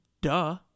Duh